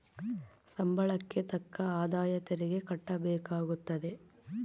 ಸಂಬಳಕ್ಕೆ ತಕ್ಕ ಆದಾಯ ತೆರಿಗೆ ಕಟ್ಟಬೇಕಾಗುತ್ತದೆ